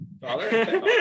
father